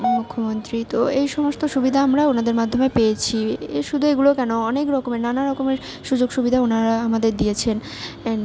মুখ্যমন্ত্রী তো এই সমস্ত সুবিধা আমরা ওনাদের মাধ্যমে পেয়েছি এ শুধু এগুলো কেন অনেক রকমের নানা রকমের সুযোগ সুবিধা ওনারা আমাদের দিয়েছেন এন